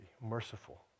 Merciful